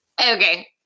Okay